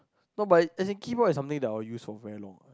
no but as in keyboard is something that I will use for very long